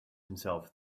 himself